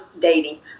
dating